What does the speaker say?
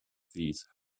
these